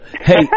hey